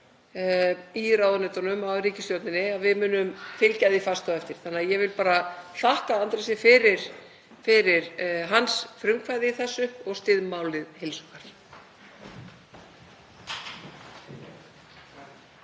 í ráðuneytunum og í ríkisstjórninni, muni fylgja því fast eftir. Þannig að ég vil bara þakka Andrési fyrir hans frumkvæði í þessu og styð málið heils hugar.